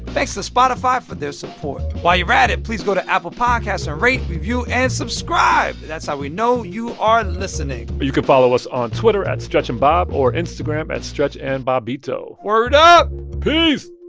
thanks to spotify for their support. while you're at it, please go to apple podcasts and rate, review and subscribe. that's how we know you are listening but you can follow us on twitter at stretchandbob or instagram at stretchandbobbito word up peace